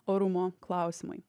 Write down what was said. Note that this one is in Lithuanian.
orumo klausimai